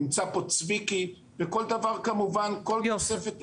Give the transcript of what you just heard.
נמצא פה צביקי, וכל דבר כמובן, כל תוספת תבורך.